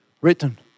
written